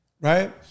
right